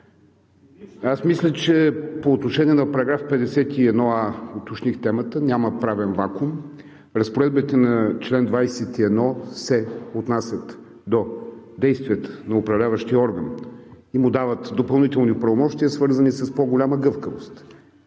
Аз мисля, че по отношение на § 51а уточних темата, няма правен вакуум. Разпоредбите на чл. 21 се отнасят до действията на управляващия орган и му дават допълнителни правомощия, свързани с по-голяма гъвкавост.